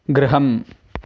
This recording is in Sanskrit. गृहम्